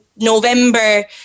November